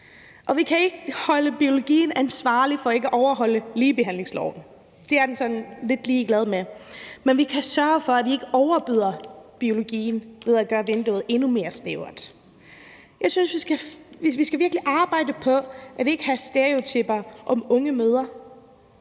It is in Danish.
vi kan ikke holde biologien ansvarlig for ikke at overholde ligebehandlingsloven; det er den sådan lidt ligeglad med. Men vi kan sørge for, at vi ikke overbyder biologien ved at gøre vinduet endnu mere snævert. Jeg synes, at vi virkelig skal arbejde på, at vi ikke har stereotyper om unge mødre.